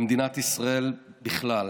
למדינת ישראל בכלל.